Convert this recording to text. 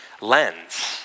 lens